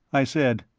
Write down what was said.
i said.